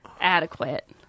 adequate